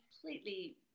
completely